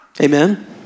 Amen